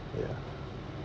ya